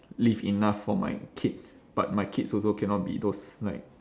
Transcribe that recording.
leave enough for my kids but my kids also cannot be those like